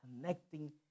connecting